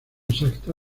exacta